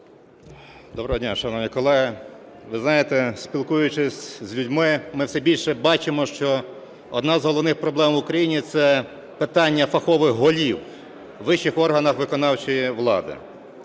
Доброго дня, шановні колеги! Ви знаєте, спілкуючись з людьми, ми все більше бачимо, що одна з головних проблем в Україні – це питання фахових голів у вищих органах виконавчої влади.